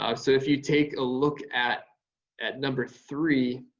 um so if you take a look at at number three,